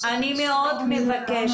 ואני בטוח